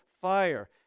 fire